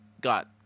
got